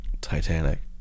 Titanic